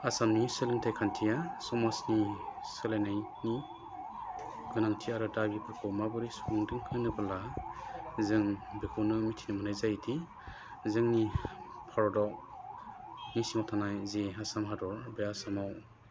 आसामनि सोलोंथाइ खान्थिया समाजनि सोलायनायनि गोनांथि आरो दाबिफोरखौ माबोरोै सुफुंदों होनोबोला जों बेखौनो मिथिनो मोन्नाय जायोदि जोंनि भारतनि सिङाव थानाय जे आसाम हादर बे आसामाव